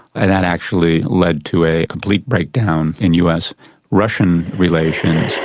ah that actually led to a complete breakdown in us russian relations.